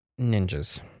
ninjas